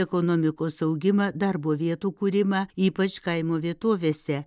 ekonomikos augimą darbo vietų kūrimą ypač kaimo vietovėse